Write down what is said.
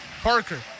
Parker